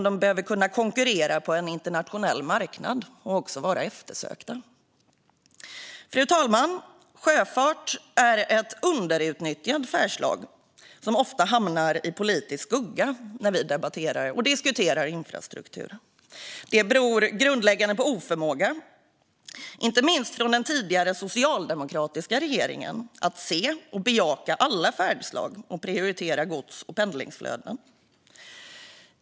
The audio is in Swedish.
De ska kunna konkurrera på en internationell marknad och vara eftersökta. Fru talman! Sjöfart är ett underutnyttjat färdslag som ofta hamnar i politisk skugga när vi debatterar och diskuterar infrastruktur. Det beror i grunden på en oförmåga, inte minst hos den tidigare socialdemokratiska regeringen, att se och bejaka alla färdslag och prioritera gods och pendlingsflöden.